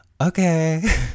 okay